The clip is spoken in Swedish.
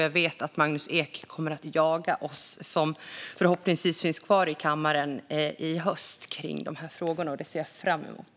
Jag vet att Magnus Ek kommer att jaga oss som förhoppningsvis finns kvar i riksdagen i höst när det gäller de här frågorna, och det ser jag fram emot.